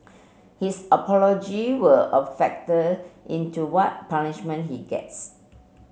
his apology will a factor in to what punishment he gets